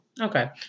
Okay